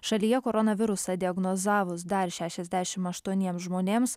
šalyje koronavirusą diagnozavus dar šešiasdešimt aštuoniems žmonėms